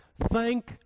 Thank